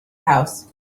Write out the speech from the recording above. house